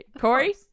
Corey